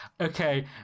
Okay